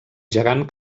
gegant